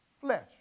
flesh